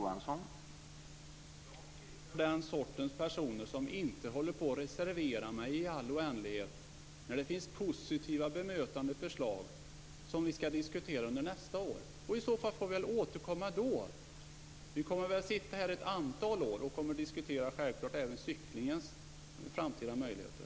Herr talman! Jag tillhör inte de personer som reserverar sig i all oändlighet. Det finns positiva bemötande förslag som vi skall diskutera nästa år. I så fall får vi väl återkomma då! Vi kommer väl att sitta här ett antal år, och vi kommer självklart att diskutera även cyklingens framtida möjligheter.